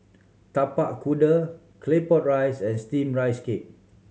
Tapak Kuda Claypot Rice and Steamed Rice Cake